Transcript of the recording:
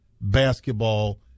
basketball